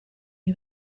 who